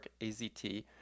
AZT